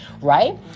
right